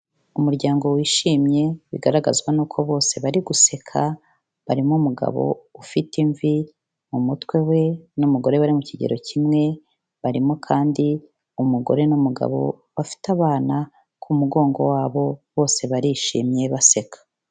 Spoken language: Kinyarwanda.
Umuryango wishimye, bigaragazwa n'uko bose bari guseka, barimo umugabo ufite imvi mu mutwe we, n'umugore bari mu kigero kimwe, barimo kandi umugore n'umugabo, bafite abana ku mugongo wabo, bose barishimye baseka.